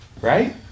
Right